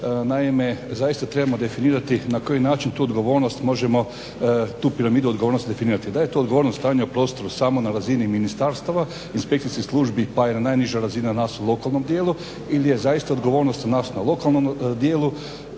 Naime, zaista trebamo definirati na koji način tu odgovornost možemo, tu piramidu odgovornosti definirati. Da je to odgovornost stanja u prostoru samo na razini ministarstava, inspekcijskih službi pa i na najniže razine nas u lokalnom dijelu ili je zaista odgovornost nas na lokalnom dijelu